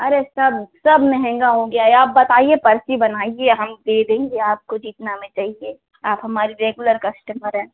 अरे सब सब महंगा हो गया आप बताइए परसी बनाइए हम दे देंगे आपको जितना में चाहिए आप हमारे रेगुलर कस्टमर हैं